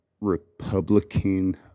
Republican